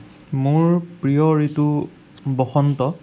মোৰ প্ৰিয় ঋতু বসন্ত